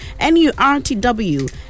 NURTW